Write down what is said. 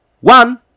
one